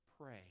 pray